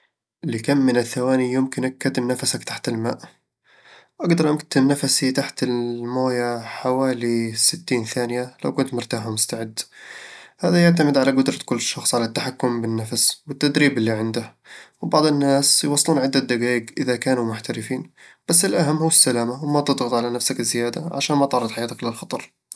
لكم من الثواني يمكنك كتم نفسك تحت الماء؟ أقدر أكتم نفسي تحت الموية حوالي ستين ثانية لو كنت مرتاح ومستعد هذا يعتمد على قدرة كل شخص على التحكم بالنفس والتدريب اللي عنده، وبعض الناس يوصلون عدة دقايق إذا كانوا محترفين بس الأهم هو السلامة، وما تضغط على نفسك زيادة عشان ما تعرض حياتك للخطر